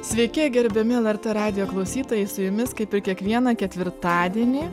sveiki gerbiami lrt radijo klausytojai su jumis kaip ir kiekvieną ketvirtadienį